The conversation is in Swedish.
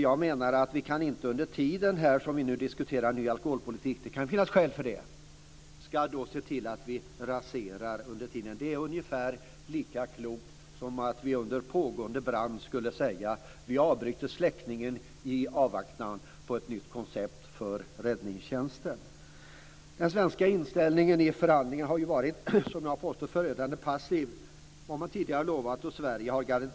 Jag menar att vi inte under tiden som vi diskuterar alkoholpolitik ska se till att vi raserar den. Det är ungefär lika klokt som om vi under pågående brand skulle säga: Vi avbryter släckningen i avvaktan på ett nytt koncept för räddningstjänsten. Den svenska inställningen i förhandlingarna har ju varit, som jag har påstått, förödande passiv när det gäller vad man tidigare har lovat.